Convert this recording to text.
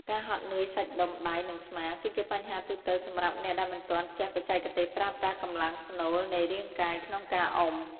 ការហត់នឿយសាច់ដុំដៃ និងស្មា គឺជាបញ្ហាទូទៅសម្រាប់អ្នកដែលមិនទាន់ចេះបច្ចេកទេសប្រើប្រាស់កម្លាំងស្នូលនៃរាងកាយក្នុងការអុំ។